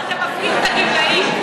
אתם מפלים את הגמלאים.